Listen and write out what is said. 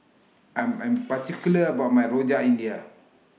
I'm Am particular about My Rojak India